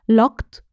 locked